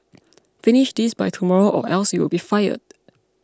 finish this by tomorrow or else you'll be fired